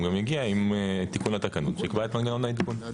הוא גם יגיע עם תיקון התקנות שיקבע את מנגנון העדכון.